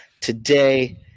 today